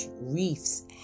Reefs